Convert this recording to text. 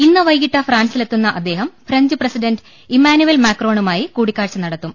ഇന്ന് വൈകീട്ട് ഫ്രാൻസിലെത്തുന്ന അദ്ദേഹം ഫ്രഞ്ച് പ്രസി ഡന്റ് ഇമ്മാനുവൽ മാക്രോണുമായി കൂടിക്കാഴ്ച നടത്തും